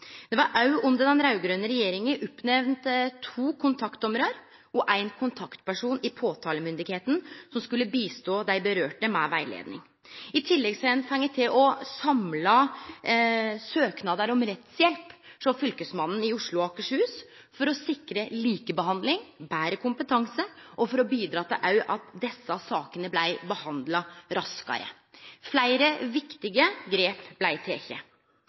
Under den raud-grøne regjeringa blei det òg peikt ut to kontaktdommarar og éin kontaktperson i påtalemakta som skulle hjelpe dei det gjaldt, med rettleiing. I tillegg har ein fått til å samle søknader om rettshjelp hjå Fylkesmannen i Oslo og Akershus for å sikre likebehandling og betre kompetanse og for å bidra til at desse sakene blei behandla raskare. Fleire viktige grep blei